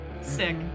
Sick